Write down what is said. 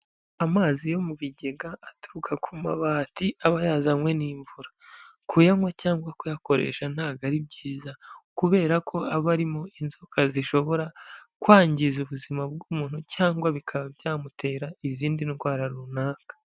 Amazi yo mu bigega aturuka ku mabati aba yazanywe n'imvura, kuyanywa cyangwa kuyakoresha ntabwo ari byiza kubera ko aba arimo inzoka zishobora kwangiza ubuzima bw'umuntu cyangwa bikaba byamutera izindi ndwara runaka.